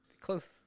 Close